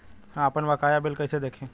हम आपनबकाया बिल कइसे देखि?